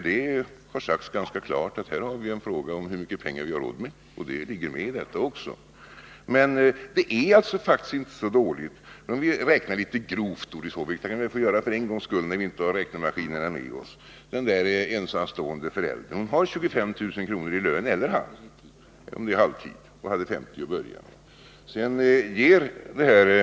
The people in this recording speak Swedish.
Det har sagts ganska klart att här har vi en fråga om hur mycket pengar vi har råd med. Men det är faktiskt inte så dåligt. Vi kan räkna litet grovt, Doris Håvik, för en gångs skull när vi inte har räknemaskinerna med oss. Den ensamstående förälder som det här gäller har 25 000 kr. i lön för halvtid om hon — eller han — hade 50 000 kr. från början.